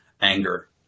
anger